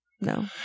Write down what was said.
No